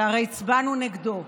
שהרי הצבענו נגדו.